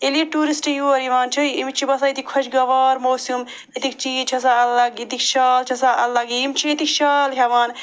ییٚلہِ یہِ ٹوٗرسٹ یور یِوان چھُ أمِس چھِ باسان ییٚتہِ خۄشگوار موسِم ییٚتِکۍ چیٖز چھِ آسان الگ ییٚتِکۍ شال چھِ آسان الگ یا یِم چھِ ییٚتہِ شال ہٮ۪وان